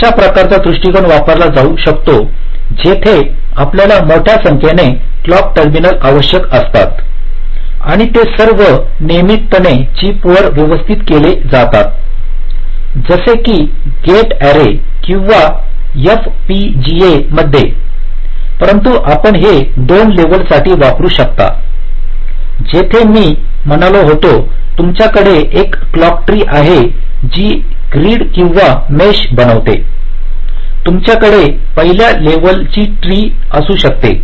अशा प्रकारचा दृष्टिकोन वापरला जाऊ शकतो जिथे आपल्याला मोठ्या संख्येने क्लॉक टर्मिनल आवश्यक असतात आणि ते सर्व नियमितपणे चिप वर व्यवस्थित केले जातात जसे की गेट अॅरे किंवा एफपीजीए मध्ये परंतु आपण हे 2 लेव्हलसाठी वापरू शकता जसे मी म्हणालो होतो तुमच्याकडे एक क्लॉक ट्री आहे जे ग्रीड किंवा मेश बनवते तुमच्याकडे पहिल्या लेव्हलचे ट्री असू शकते